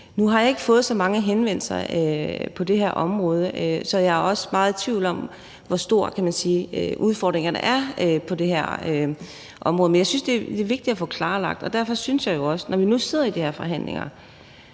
Nu har jeg ikke fået så mange henvendelser på det her område, så jeg også meget i tvivl om, hvor store udfordringerne er på det her område, men jeg synes, det er vigtigt at få klarlagt. Derfor synes jeg også, at SF, når vi nu sidder i de her forhandlinger,